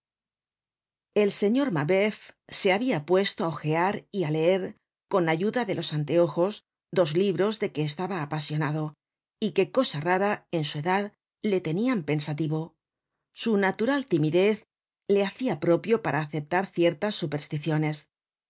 el señor mabeuf se habia puesto á hojear y á leer con ayuda de los anteojos dos libros de que estaba apasionado y que cosa rara en su edad le tenian pensativo su natural timidez le hacia propio para aceptar ciertas supersticiones